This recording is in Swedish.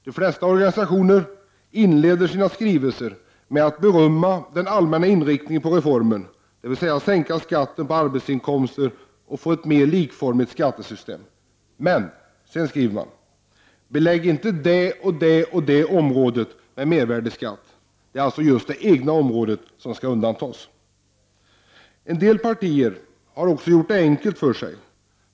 De flesta organisationer inleder sina skrivelser med att berömma reformens allmänna inriktning, dvs. en sänkning av skatten på arbetsinkomster och skapandet av ett mer likformigt skattesystem. Men sedan skriver man: Belägg inte det ena och det andra området med mervärdeskatt. Det är just det egna området som skall undantas. En del partier har också gjort det enkelt för sig.